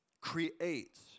creates